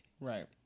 Right